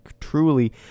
truly